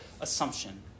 assumption